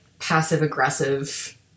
passive-aggressive